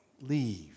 leave